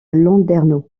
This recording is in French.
landerneau